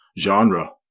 genre